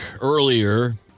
earlier